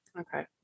Okay